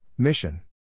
Mission